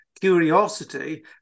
curiosity